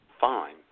fine